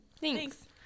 Thanks